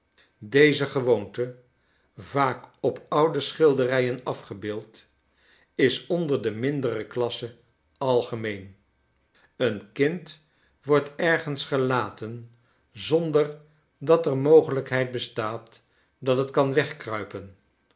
onder de mindere klasse algemeen een kind wordt ergens gelaten zonder dat er mogelijkheid bestaat dat het kan wegkruipen